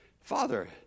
Father